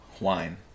wine